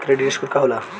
Credit score का होखेला?